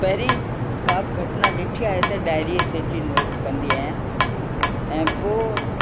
पहिरीं का बि घटना ॾिठी आहे त डाइरीअ ते अची नोट कंदी आहियां ऐं पोइ